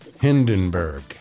Hindenburg